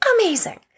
amazing